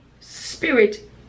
Spirit